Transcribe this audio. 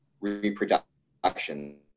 reproduction